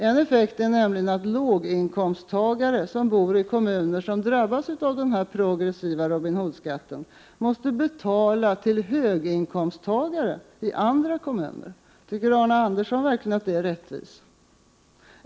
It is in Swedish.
En effekt är nämligen att låginkomsttagare som bor i kommuner som drabbas av den progressiva Robin Hood-skatten måste betala till höginkomsttagare i andra kommuner. Tycker Arne Andersson i Gamleby verkligen att det är rättvist?